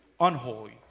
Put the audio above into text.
unholy